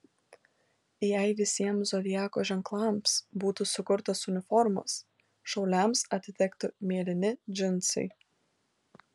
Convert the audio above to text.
jei visiems zodiako ženklams būtų sukurtos uniformos šauliams atitektų mėlyni džinsai